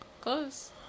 Close